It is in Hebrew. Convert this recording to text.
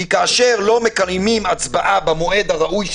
כאשר לא מקיימים הצבעה במועד הראוי,